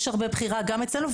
יש הרבה בחירה גם אצלנו.